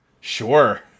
Sure